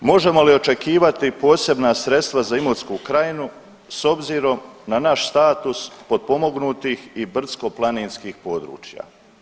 Možemo li očekivati posebna sredstva za Imotsku krajinu s obzirom na naš status potpomognutih i brdsko-planinskih područja?